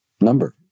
number